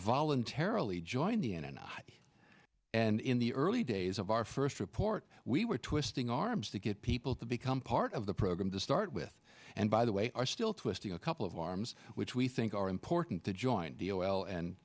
voluntarily joined the internet and in the early days of our first report we were twisting arms to get people to become part of the program to start with and by the way are still twisting a couple of arms which we think are important to join the o l and